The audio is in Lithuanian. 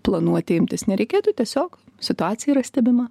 planuoti imtis nereikėtų tiesiog situacija yra stebima